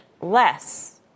less